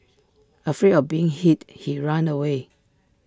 afraid of being hit he ran away